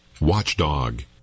Watchdog